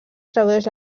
tradueix